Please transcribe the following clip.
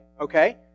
okay